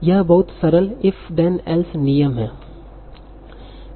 यह बहुत सरल if then else नियम है